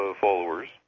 followers